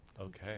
Okay